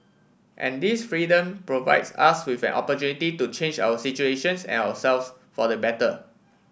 and this freedom provides us with an opportunity to change our situations and ourselves for the better